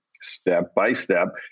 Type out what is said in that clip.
step-by-step